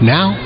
Now